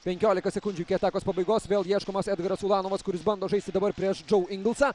penkiolika sekundžių iki atakos pabaigos vėl ieškomas edgaras ulanovas kuris bando žaisti dabar prieš džeu ingelsą